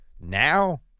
Now